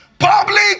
Public